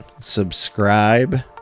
subscribe